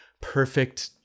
perfect